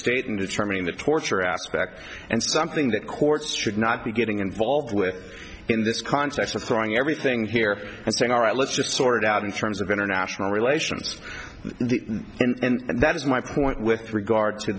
state in determining the torture aspect and something that courts should not be getting involved with in this context of throwing everything here and saying all right let's just sort it out in terms of international relations the and that is my point with regard to